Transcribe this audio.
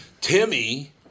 Timmy